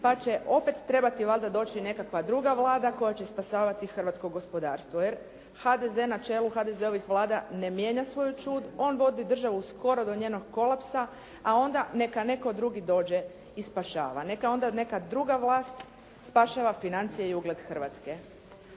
pa će opet trebati valjda doći nekakva druga Vlada koja će spašavati hrvatsko gospodarstvo jer HDZ na čelu HDZ-ovih vlada ne mijenja svoju ćud, on vodi državu skoro do njenog kolapsa, a onda neka netko drugi dođe i spašava. Neka onda neka druga vlast spašava financije i ugled Hrvatske.